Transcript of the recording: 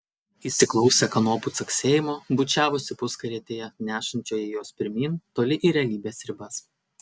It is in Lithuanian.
įsiklausę kanopų caksėjimo bučiavosi puskarietėje nešančioje juos pirmyn toli į realybės ribas